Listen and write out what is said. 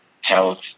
health